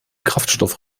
kraftstoff